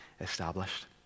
established